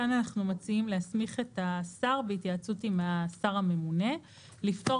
כאן אנחנו מציעים להסמיך את השר בהתייעצות עם השר הממונה לפטור